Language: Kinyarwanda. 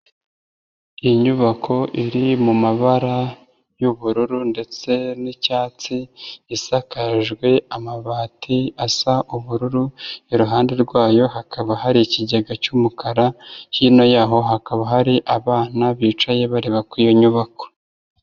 Inyubako iri mu mabara y'ubururu ndetse n'icyatsi, isakajwe amabati asa ubururu, iruhande rwayo hakaba hari ikigega cy'umukara, hino yaho hakaba hari abana bicaye bareba kuri iyo nyubako.